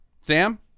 Sam